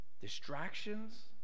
Distractions